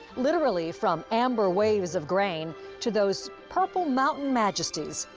literally from amber waves of grain to those purple mountain majesties.